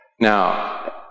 Now